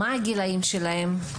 מה הגילים שלהם?